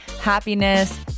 happiness